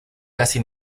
casi